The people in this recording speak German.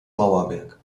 mauerwerk